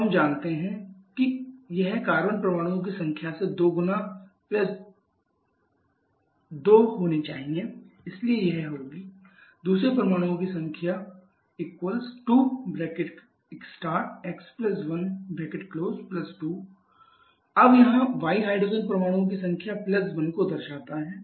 तो हम जानते हैं कि यह कार्बन परमाणुओं की संख्या से दोगुनी प्लस 2 होनी चाहिए इसलिए यह होगी दूसरे परमाणुओं की संख्या 2x12 अब यहाँ y हाइड्रोजन परमाणुओं की संख्या प्लस 1 को दर्शाता है